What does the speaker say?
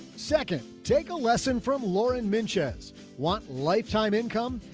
second, take a lesson from lauren manchez want lifetime income.